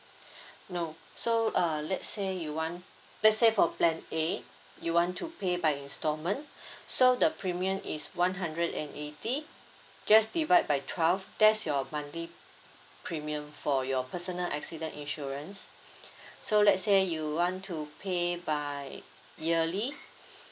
no so uh let's say you want let's say for plan A you want to pay by installment so the premium is one hundred and eighty just divide by twelve that's your monthly premium for your personal accident insurance so let's say you want to pay by yearly